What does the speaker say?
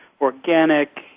organic